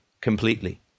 completely